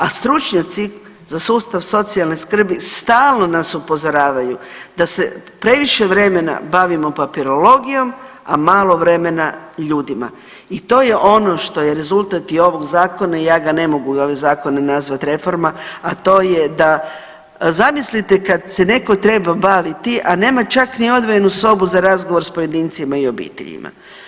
A stručnjaci za sustav socijalne skrbi stalno nas upozoravaju da se previše vremena bavimo papirologijom, a malo vremena ljudima i to je ono što je rezultat i ovog zakona i ja ga ne mogu ove zakone nazvati reforma, a to je da zamislite kad se netko treba baviti, a nema čak ni odvojenu sobu za razgovor sa pojedincima i obiteljima.